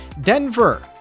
Denver